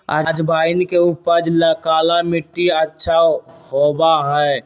अजवाइन के उपज ला काला मट्टी अच्छा होबा हई